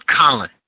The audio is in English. Colin